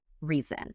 reason